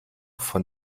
von